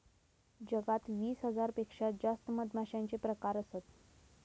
जगात वीस हजार पेक्षा जास्त मधमाश्यांचे प्रकार असत